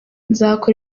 nzakora